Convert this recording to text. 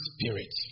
Spirit